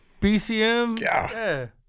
bcm